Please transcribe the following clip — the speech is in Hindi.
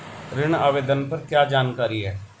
ऋण आवेदन पर क्या जानकारी है?